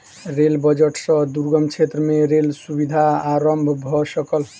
rail budget सॅ दुर्गम क्षेत्र में रेल सुविधा आरम्भ भ सकल